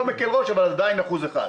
אני לא מקל ראש, אבל זה עדיין אחוז אחד.